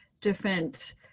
different